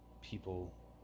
people